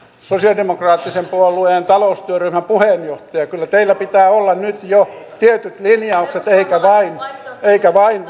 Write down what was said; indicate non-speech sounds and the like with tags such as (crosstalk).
sosialidemokraattisen puolueen taloustyöryhmän puheenjohtaja kyllä teillä pitää olla nyt jo tietyt linjaukset eikä vain (unintelligible)